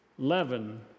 leaven